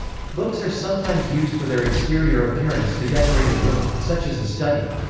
books are sometimes used for their exterior appearance to decorate a room, such as a study.